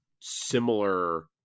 similar